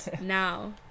now